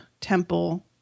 temple